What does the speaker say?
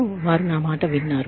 అవును వారు నా మాట విన్నారు